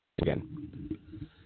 again